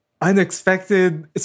unexpected